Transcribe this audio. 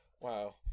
Wow